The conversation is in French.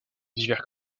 divers